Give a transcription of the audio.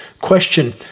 Question